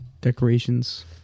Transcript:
Decorations